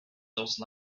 those